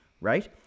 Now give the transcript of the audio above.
right